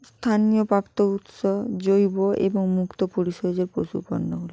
স্থানীয় প্রাপ্ত উৎসব জৈব এবং মুক্ত পরিশয় যে পশু পণ্যগুলো